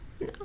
No